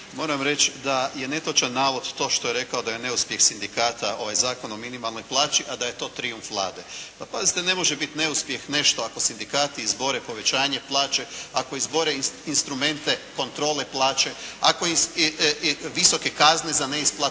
moram reći da je netočan navod to što je rekao da je neuspjeh sindikata ovaj Zakon o minimalnoj plaći, a da to je to trijumf Vlade. Pa pazite ne može biti neuspjeh nešto ako sindikati izbore povećanje plaće, ako izbore instrumente kontrole plaće, ako visoke kazne za neisplatu